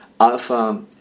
Alpha